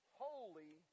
holy